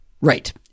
Right